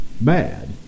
bad